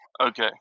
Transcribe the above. Okay